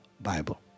Bible